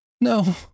No